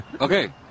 Okay